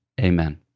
Amen